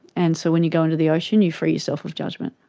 and so when you go into the ocean, you free yourself of judgement.